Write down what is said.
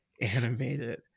animated